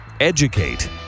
Educate